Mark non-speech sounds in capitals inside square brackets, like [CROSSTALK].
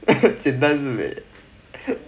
简单是美 [LAUGHS]